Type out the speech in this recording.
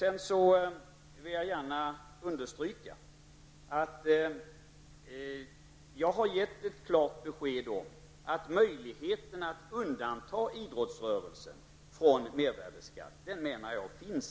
Jag vill gärna understryka att jag har gett ett klart besked om att möjligheterna att undanta idrottsrörelsen från mervärdeskatt inte finns.